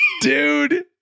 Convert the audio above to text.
dude